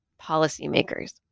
policymakers